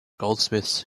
goldsmiths